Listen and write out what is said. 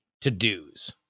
to-dos